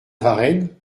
varenne